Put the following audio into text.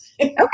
Okay